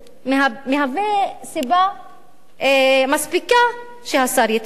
מהווה סיבה מספיקה שהשר יתפטר.